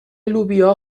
لوبیا